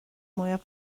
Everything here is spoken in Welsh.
mwyaf